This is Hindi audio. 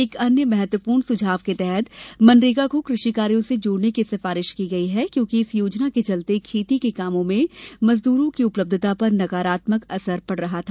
एक अन्य महत्वपूर्ण सुझाव के तहत मनरेगा को कृषि कार्यों से जोड़ने की सिफारिश की गई है क्योंकि इस योजना के चलते खेती के कामों में मजदूरों की उपलब्धता पर नकारात्मक असर पड़ रहा था